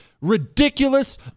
ridiculous